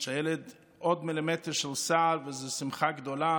ועוד מילימטר של שיער הוא שמחה גדולה,